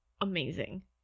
amazing